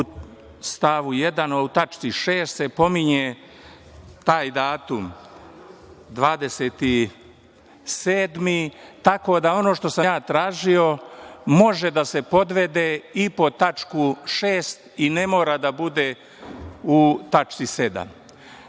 u stavu 1. u tački 6) se pominje taj datum 27. Tako da, ono što sam ja tražio može da se podvede i pod tačku 6) i ne mora da bude u tački